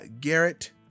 garrett